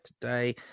today